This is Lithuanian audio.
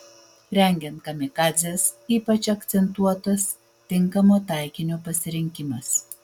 rengiant kamikadzes ypač akcentuotas tinkamo taikinio pasirinkimas